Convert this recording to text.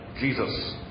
Jesus